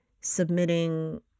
submitting